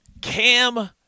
Cam